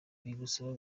bigusaba